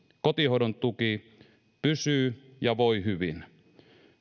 kotihoidon tuki pysyy ja voi hyvin